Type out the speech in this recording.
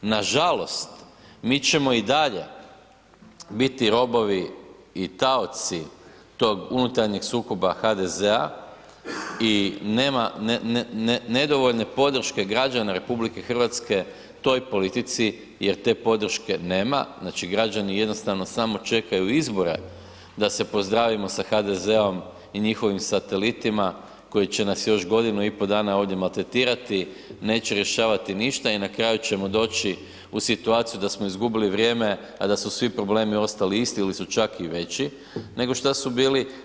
Nažalost, mi ćemo i dalje biti robovi i taoci tog unutarnjeg sukoba HDZ-a i nema, nedovoljne podrške građana RH toj politici jer te podrške nema, znači građani jednostavno samo čekaju izbore da se pozdravimo sa HDZ-om i njihovim satelitima koji će nas još godinu i pol dana ovdje maltretirati, neće rješavati ništa i na kraju ćemo doći u situaciju da smo izgubili vrijeme, a da su svi problemi ostali isti ili su čak i veći nego što su bili.